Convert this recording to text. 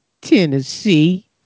Tennessee